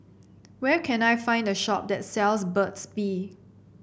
where can I find a shop that sells Burt's Bee